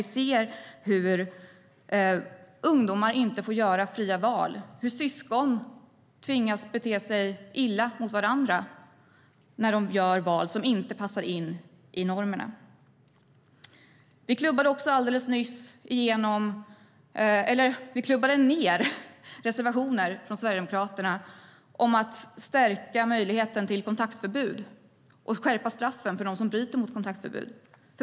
Vi ser hur ungdomar inte får göra fria val och hur syskon tvingas bete sig illa mot varandra när de gör val som inte passar in i normerna. Alldeles nyss klubbade riskdagen ned Sverigedemokraternas reservationer om att stärka möjligheten till kontaktförbud och skärpa straffen för dem som bryter mot kontaktförbud.